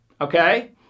Okay